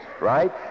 Right